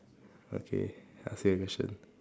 okay I ask you a question